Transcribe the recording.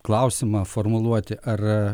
klausimą formuluoti ar